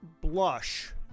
blush